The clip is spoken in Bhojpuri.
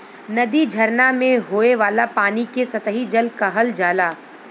नदी, झरना में होये वाला पानी के सतही जल कहल जाला